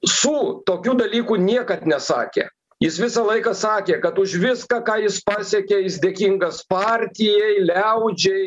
su tokių dalykų niekad nesakė jis visą laiką sakė kad už viską ką jis pasiekė jis dėkingas partijai liaudžiai